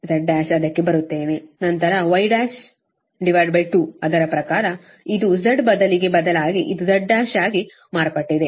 ನಂತರ Y12 ಅದರ ಪ್ರಕಾರ ಇದು Z ಬದಲಿಗೆ ಬದಲಾಗಿ ಇದು Z1 ಆಗಿ ಮಾರ್ಪಟ್ಟಿದೆ